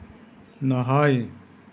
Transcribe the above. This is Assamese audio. নহয়